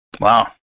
Wow